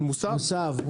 מוסב.